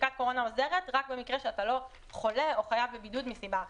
בדיקת הקורונה עוזרת רק במקרה שאתה לא חולה או חייב בבידוד מסיבה אחרת.